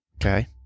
Okay